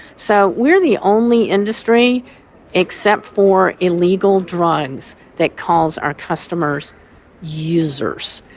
so we are the only industry except for illegal drugs that calls our customers users.